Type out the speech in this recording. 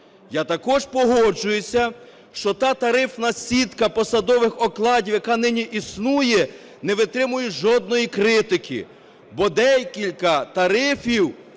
Я також погоджуюся, що та тарифна сітка посадових окладів, яка нині існує, не витримує жодної критики. Бо декілька тарифів,